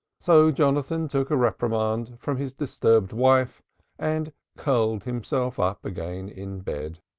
so jonathan took a reprimand from his disturbed wife and curled himself up again in bed.